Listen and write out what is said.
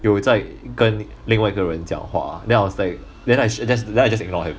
有在跟另外一个人讲话 then I was like then I should just then I just ignored him